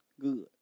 good